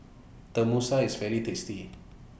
Tenmusu IS very tasty